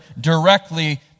directly